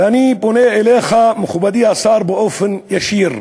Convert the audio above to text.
ואני פונה אליך, מכובדי השר, באופן ישיר: